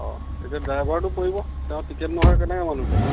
তেতিয়াটো ড্ৰাইভাৰটো পৰিব তেওঁ টিকেট নোহোৱাকৈ কেনেকৈ মানুহ উঠালে